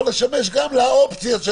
יכול לשמש גם לאופציה.